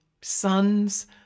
sons